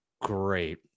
great